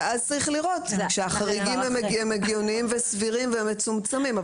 אז צריך לראות שהחריגים הם הגיוניים וסבירים ומצומצמים,